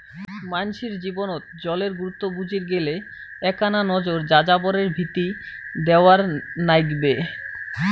মানষির জীবনত জলের গুরুত্ব বুজির গেইলে এ্যাকনা নজর যাযাবরের ভিতি দ্যাওয়ার নাইগবে